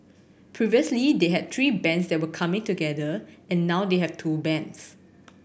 previously they had three bands that were coming together and now they have two bands